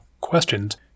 Questions